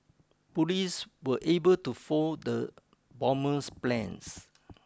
police were able to foil the bomber's plans